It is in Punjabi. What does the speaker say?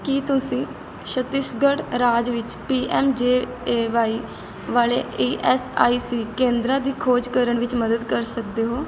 ਕੀ ਤੁਸੀਂ ਛੱਤੀਸਗੜ੍ਹ ਰਾਜ ਵਿੱਚ P M J A Y ਵਾਲੇ ਈ ਐੱਸ ਆਈ ਸੀ ਕੇਂਦਰਾਂ ਦੀ ਖੋਜ ਕਰਨ ਵਿੱਚ ਮਦਦ ਕਰ ਸਕਦੇ ਹੋ